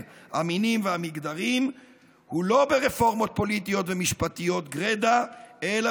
המינים והמגדרים הוא לא ברפורמות פוליטיות ומשפטיות גרידא אלא